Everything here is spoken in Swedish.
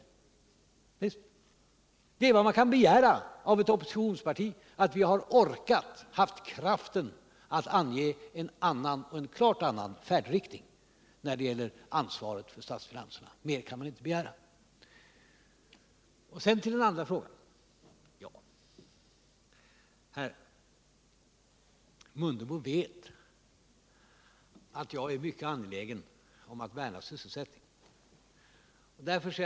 Vi har gjort vad man kan begära av ett oppositionsparti: vi har orkat, haft kraften att ange en annan — klart annan — färdriktning när det gäller ansvaret för statsfinanserna. Mer kan man inte begära. Sedan till den andra frågan. Herr Mundebo vet att jag är mycket angelägen om att värna sysselsättningen.